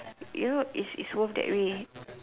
you know it's it's worth that way